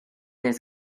his